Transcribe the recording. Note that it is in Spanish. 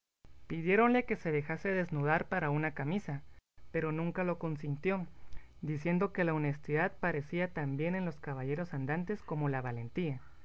riendo pidiéronle que se dejase desnudar para una camisa pero nunca lo consintió diciendo que la honestidad parecía tan bien en los caballeros andantes como la valentía